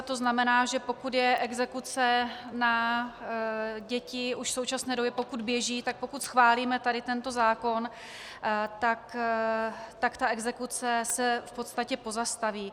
To znamená, že pokud je exekuce na děti už v současné době, pokud běží, tak pokud schválíme tady tento zákon, tak ta exekuce se v podstatě pozastaví.